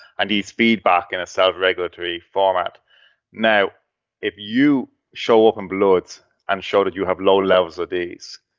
and these feedback in a self-regulatory format now if you show up in bloods and show that you have low levels of these,